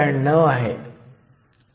62 x 1016cm 3 पेक्षा थोडे जास्त असेल